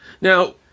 Now